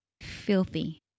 filthy